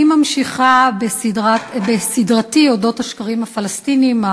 אני ממשיכה בסדרתי על אודות השקרים הפלסטיניים.